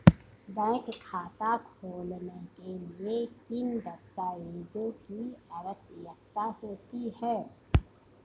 Bank खाता खोलने के लिए किन दस्तावेज़ों की आवश्यकता होती है?